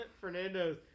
Fernando's